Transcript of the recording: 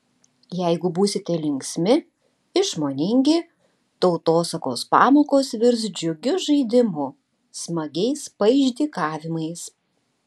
jeigu būsite linksmi išmoningi tautosakos pamokos virs džiugiu žaidimu smagiais paišdykavimais